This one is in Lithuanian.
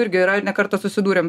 irgi yra ne kartą susidūrėm